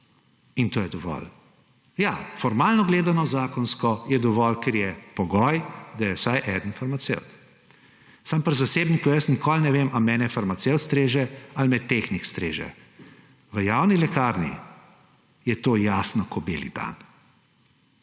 in to je dovolj. Ja, formalno, zakonsko gledano je dovolj, ker je pogoj, da je vsaj en farmacevt. Samo pri zasebniku jaz nikoli ne vem, ali mene farmacevt streže ali me tehnik streže. V javni lekarni je to jasno kot beli dan,